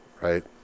right